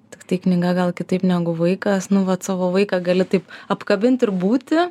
tiktai knyga gal kitaip negu vaikas nu vat savo vaiką gali taip apkabint ir būti